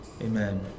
Amen